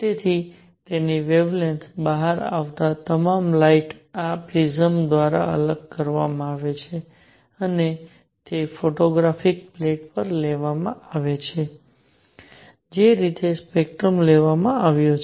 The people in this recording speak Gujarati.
તેથી તેની વેવલેન્થ બહાર આવતા તમામ લાઇટ આ પ્રિઝમ દ્વારા અલગ કરવામાં આવે છે અને તે ફોટોગ્રાફિક પ્લેટ પર લેવામાં આવે છે જે રીતે સ્પેક્ટ્રમ લેવામાં આવે છે